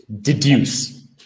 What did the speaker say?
deduce